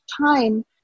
time